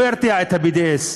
לא ירתיע את ה-BDS,